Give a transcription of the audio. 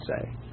say